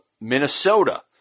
Minnesota